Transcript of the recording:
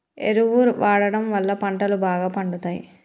ఎరువు వాడడం వళ్ళ పంటలు బాగా పండుతయి